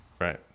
Right